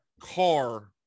car